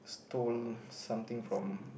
stoling something from